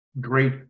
great